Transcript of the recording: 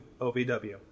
OVW